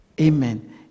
amen